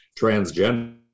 transgender